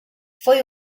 foi